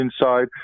inside